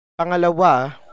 Pangalawa